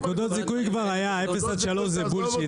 נקודות זיכוי כבר היה, אפס עד שלוש זה בולשיט.